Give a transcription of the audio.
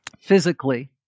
physically